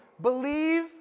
believe